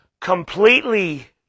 completely